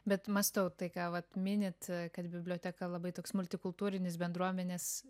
bet mąstau tai ką vat minit kad biblioteka labai toks multikultūrinis bendruomenės